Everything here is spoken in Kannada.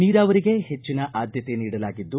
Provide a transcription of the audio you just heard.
ನೀರಾವರಿಗೆ ಹೆಚ್ಚಿನ ಆದ್ಯತೆ ನೀಡಲಾಗಿದ್ದು